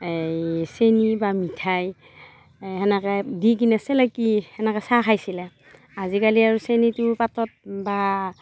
এই চেনী বা মিঠাই তেনেকে দি কিনে চেলেকি তেনেকে চাহ খাইছিল আজিকালি আৰু চেনীটোও পাতত বা